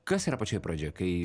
kas yra pačioje pradžioje kai